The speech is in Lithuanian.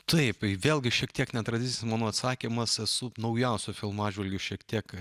taip vėlgi šiek tiek netradicinis mano atsakymas esu naujausių filmų atžvilgiu šiek tiek